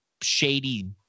shady